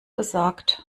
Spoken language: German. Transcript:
gesagt